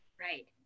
right